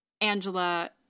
Angela